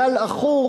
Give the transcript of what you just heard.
גל עכור,